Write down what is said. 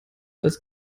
als